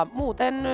muuten